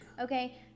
Okay